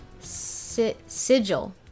sigil